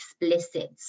explicit